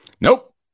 nope